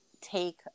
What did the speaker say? take